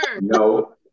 No